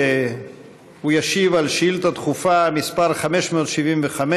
הוא ישיב על שאילתה דחופה מס' 575,